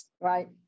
Right